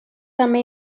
també